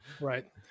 Right